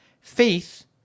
faith